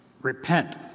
Repent